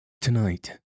Tonight